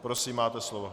Prosím, máte slovo.